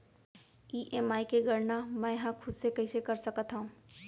EMI के गड़ना मैं हा खुद से कइसे कर सकत हव?